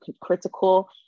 critical